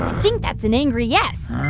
think that's an angry yes.